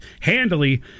handily